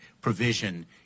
provision